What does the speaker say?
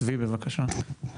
צבי בבקשה.